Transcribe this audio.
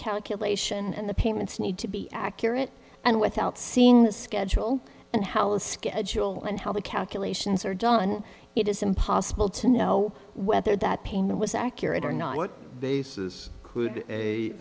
calculation and the payments need to be accurate and without seeing the schedule and hello schedule and how the calculations are done it is impossible to know whether that payment was accurate or not what basis could a